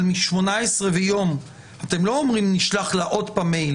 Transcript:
אבל מ-18 ויום אתם לא אומרים: נשלח לה עוד פעם מייל